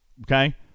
okay